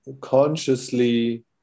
consciously